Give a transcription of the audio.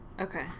Okay